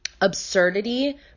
absurdity